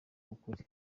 ukuri